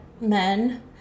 men